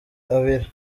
abira